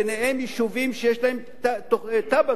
ביניהם יישובים שיש להם תב"ע,